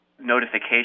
notification